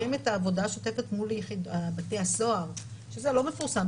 שמסדירים את העבודה השוטפת מול בתי הסוהר שזה לא מפורסם.